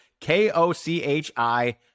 K-O-C-H-I